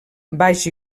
baix